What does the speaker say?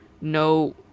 no